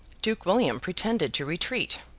duke william pretended to retreat.